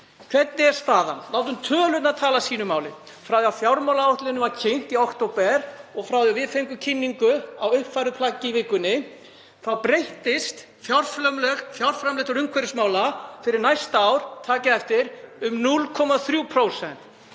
Hvernig er staðan? Látum tölurnar tala sínu máli. Frá því að fjármálaáætlunin var kynnt í október og frá því að við fengum kynningu á uppfærðu plaggi í vikunni þá breyttust fjárframlög til umhverfismála fyrir næsta ár, takið eftir, um 0,3%.